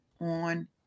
on